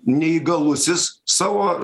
neįgalusis savo